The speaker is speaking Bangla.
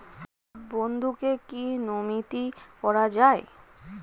বন্ধুকে কী নমিনি করা যায়?